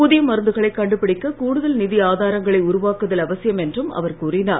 புதிய மருந்துகளை கண்டுபிடிக்க கூடுதல் நிதி ஆதாரங்களை உருவாக்குதல் அவசியம் என்றும் அவர் கூறினார்